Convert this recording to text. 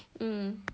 mm